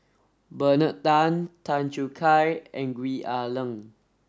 Bernard Tan Tan Choo Kai and Gwee Ah Leng